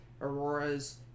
Aurora's